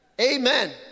Amen